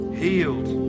healed